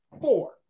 Four